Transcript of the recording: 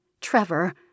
Trevor